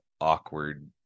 awkward